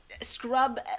scrub